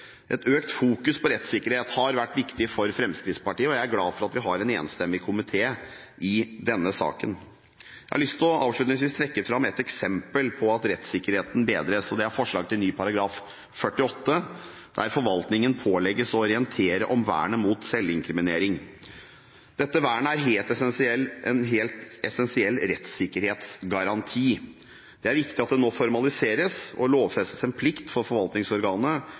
Et økt fokus på rettssikkerhet har vært viktig for Fremskrittspartiet, og jeg er glad for at vi har en enstemmig komité i denne saken. Avslutningsvis har jeg lyst til å trekke fram et eksempel på at rettssikkerheten bedres. Det er forslag til ny § 48, der forvaltningen pålegges å orientere om vernet mot selvinkriminering. Dette vernet er en helt essensiell rettssikkerhetsgaranti. Det er viktig at det nå formaliseres og lovfestes en plikt for forvaltningsorganet